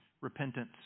repentance